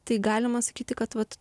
tai galima sakyti kad vat